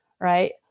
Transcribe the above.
right